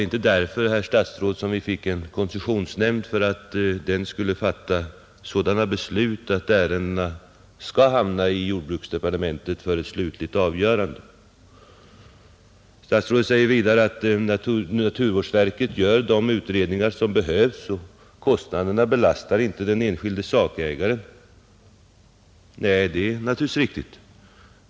Men, herr statsråd, vi fick väl inte en koncessionsnämnd för att den skulle fatta sådana beslut att ärendena skulle hamna i jordbruksdepartementet för slutligt avgörande! Naturvårdsverket gör de utredningar som behövs, sade statsrådet Lidbom sedan, och kostnaderna belastar inte den enskilde sakägaren, Det är naturligtvis riktigt.